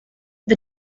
the